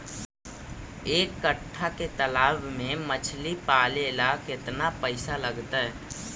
एक कट्ठा के तालाब में मछली पाले ल केतना पैसा लगतै?